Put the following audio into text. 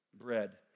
Bread